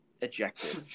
ejected